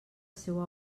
seua